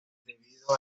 debido